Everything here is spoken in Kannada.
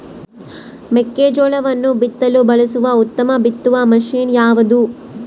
ಮೆಕ್ಕೆಜೋಳವನ್ನು ಬಿತ್ತಲು ಬಳಸುವ ಉತ್ತಮ ಬಿತ್ತುವ ಮಷೇನ್ ಯಾವುದು?